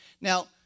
Now